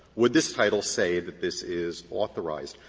would this title say that this is authorized?